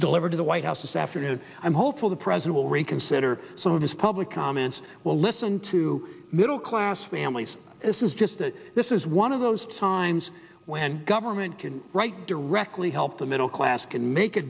delivered to the white house this afternoon and i'm hopeful the president will reconsider some of his public comments will listen to middle class families this is just a this is one of those times when government can write directly help the middle class can make a